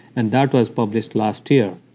and that was published last year.